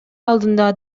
алдында